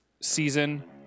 season